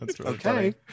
okay